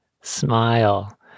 smile